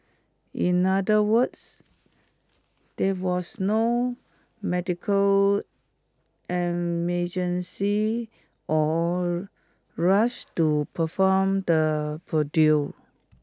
in other words there was no medical or rush to perform the procedure